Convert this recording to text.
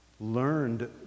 learned